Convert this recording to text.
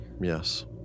Yes